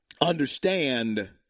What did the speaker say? understand